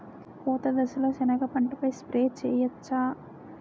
పూత దశలో సెనగ పంటపై స్ప్రే చేయచ్చా?